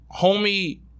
Homie